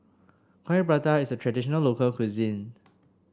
Coin Prata is a traditional local cuisine